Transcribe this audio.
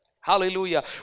Hallelujah